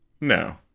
no